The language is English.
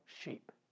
sheep